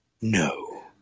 No